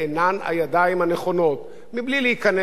מבלי להיכנס לזירה הפוליטית אלא מתוך